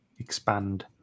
Expand